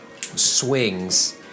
Swings